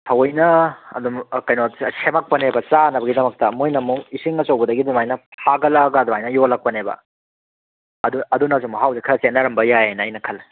ꯊꯋꯣꯏꯅ ꯑꯗꯨꯝ ꯀꯩꯅꯣ ꯁꯦꯃꯛꯄꯅꯦꯕ ꯆꯥꯅꯕꯒꯤꯗꯃꯛꯇ ꯃꯣꯏꯅꯃꯨꯛ ꯏꯁꯤꯡ ꯑꯆꯧꯕꯗꯒꯤ ꯑꯗꯨꯃꯥꯏꯅ ꯐꯥꯒꯠꯂꯛꯑꯒ ꯑꯗꯨꯃꯥꯏꯅ ꯌꯣꯜꯂꯛꯄꯅꯦꯕ ꯑꯗꯨꯅꯖꯨ ꯃꯍꯥꯎꯖꯦ ꯈꯔ ꯈꯦꯠꯅꯔꯝꯕ ꯌꯥꯏꯅ ꯑꯩꯅ ꯈꯜꯂꯦ